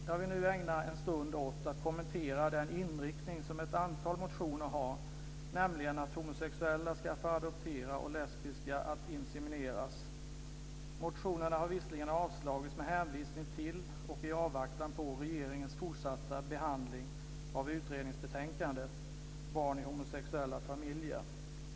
Jag vill nu ägna en stund åt att kommentera den inriktning som ett antal motioner har, nämligen att homosexuella ska få adoptera och att lesbiska ska få insemineras. Motionerna har visserligen avstyrkts med hänvisning till och i avvaktan på regeringens fortsatta behandling av utredningsbetänkandet Barn i homosexuella familjer.